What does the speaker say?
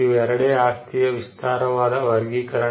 ಇವೆರಡೇ ಆಸ್ತಿಯ ವಿಸ್ತಾರವಾದ ವರ್ಗೀಕರಣ